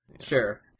Sure